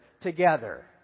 together